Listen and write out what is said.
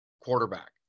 quarterback